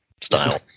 style